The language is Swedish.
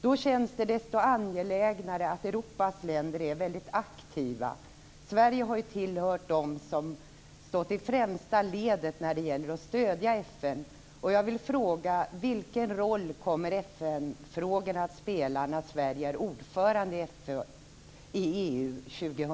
Då känns det desto angelägnare att Europas länder är väldigt aktiva. Sverige har ju tillhört dem som stått i främsta ledet när de gäller att stödja FN, och jag vill fråga: Vilken roll kommer FN frågorna att spela när Sverige är ordförande i EU